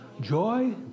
joy